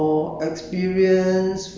um